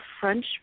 French